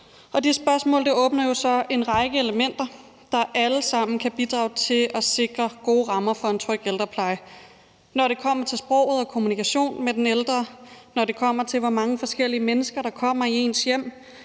Det spørgsmål åbner jo så en række elementer, der alle sammen kan bidrage til at sikre gode rammer for en tryg ældrepleje. Det gælder, når det kommer til sproget og kommunikationen med den ældre, når det kommer til, hvor mange forskellige mennesker der kommer i ens hjem,